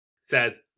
says